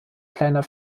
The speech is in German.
kleiner